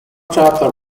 chapter